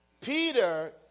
Peter